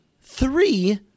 Three